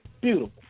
Beautiful